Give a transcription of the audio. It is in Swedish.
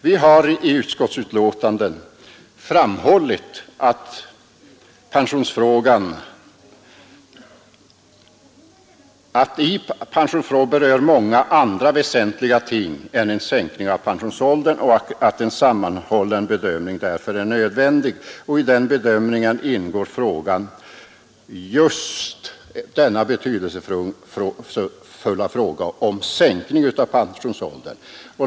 Vi har i utskottsbetänkandet framhållit att pensionsfrågan berör många andra väsentliga ting än en sänkning av pensionsåldern och att en sammanhållen bedömning därför är nödvändig. I den bedömningen ingår denna betydelsefulla fråga om en sänkning av pensionsåldern.